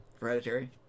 Hereditary